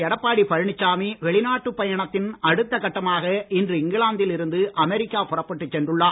எடப்பாடி பழனிசாமி வெளிநாட்டுப் பயணத்தின் அடுத்தகட்டமாக இன்று இங்கிலாந்தில் இருந்து அமெரிக்கா புறப்பட்டுச் சென்றுள்ளார்